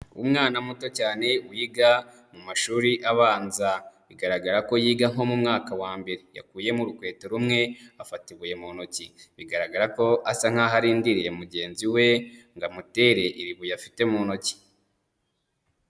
Umwana muto cyane wiga mu mashuri abanza, bigaragara ko yiga nko mu mwaka wa mbere, yakuyemo urukweto rumwe afata ibuye mu ntoki, bigaragara ko asa nkaho arindiriye mugenzi we ngo amutere iribuye afite mu ntoki.